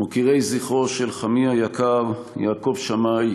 מוקירי זכרו של חמי היקר יעקב שמאי,